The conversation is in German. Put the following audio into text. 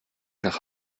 nach